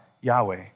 Yahweh